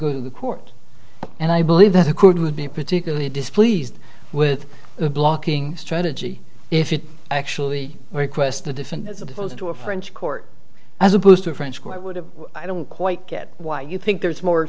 go to the court and i believe that record would be particularly displeased with the blocking strategy if it actually requests the different as opposed to a french court as opposed to a french school i would have i don't quite get why you think there is more